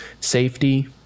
safety